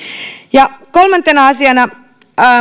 ja kolmantena asiana